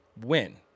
win